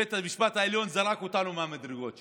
בית המשפט העליון זרק אותנו מהמדרגות שם.